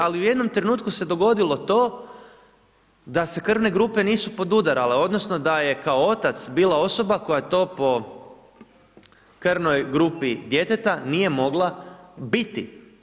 Veli, ali u jednom trenutku se dogodilo to da se krvne grupe nisu podudarale, odnosno da je kao otac bila osoba koja to po krvnoj grupi djeteta nije mogla biti.